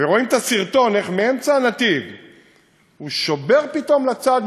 רואים את הסרטון איך מאמצע הנתיב הוא שובר פתאום לצד,